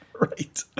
Right